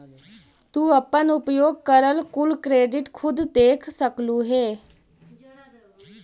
तू अपन उपयोग करल कुल क्रेडिट खुद देख सकलू हे